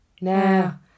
Now